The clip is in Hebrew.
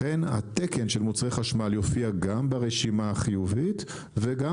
לכן התקן של מוצרי חשמל יופיע גם ברשימה החיובית וגם